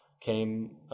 came